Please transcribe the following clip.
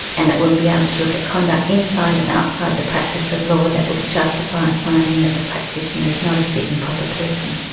and it will be able to look at conduct inside and outside the practice of law that would justify a finding that the practitioner is not a fit and proper person.